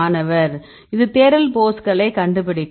மாணவர் இது தேடல் போஸ்களைக் கண்டுபிடிக்கும்